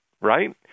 right